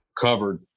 covered